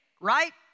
right